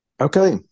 Okay